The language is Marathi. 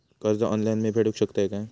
कर्ज ऑनलाइन मी फेडूक शकतय काय?